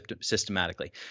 systematically